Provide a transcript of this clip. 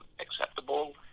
acceptable